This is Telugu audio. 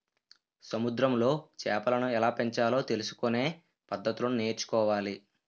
సముద్రములో చేపలను ఎలాపెంచాలో తెలుసుకొనే పద్దతులను నేర్చుకోవాలి